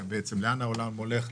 לאן העולם הולך,